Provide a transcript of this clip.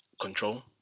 control